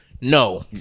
No